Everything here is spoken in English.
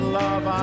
love